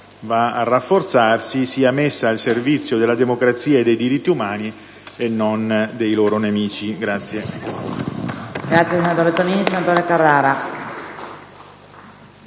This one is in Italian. va a rafforzarsi - sia messa al servizio della democrazia e dei diritti umani e non dei loro nemici.